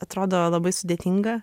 atrodo labai sudėtinga